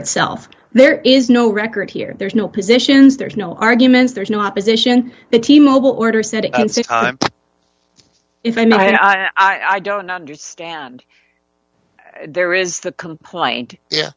itself there is no record here there's no positions there's no arguments there's no opposition the team mobile order set and see if i might i don't understand there is the compliant yeah